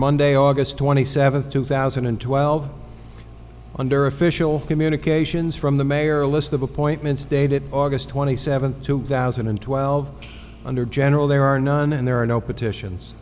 monday august twenty seventh two thousand and twelve under official communications from the mayor a list of appointments dated august twenty seventh two thousand and twelve under general there are none and there are no petitions